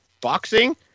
boxing